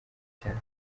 cyane